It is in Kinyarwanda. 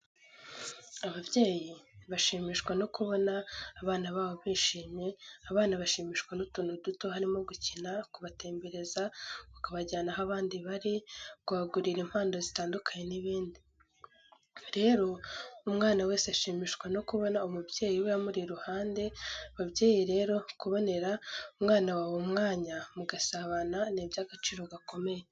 Ababyeyi bashimishwa no kubona abana babo bishimye, abana bashimishwa n'utuntu duto harimo gukina, kubatembereza ukabajyana aho abandi bari, kubagurira impano zitandukanye n'ibindi. Rero umwana wese ashimishwa no kubona umubyeyi we amuri iruhande, babyeyi rero kubonera umwana wawe umwanya mugasabana ni ibyagaciro gakomeye.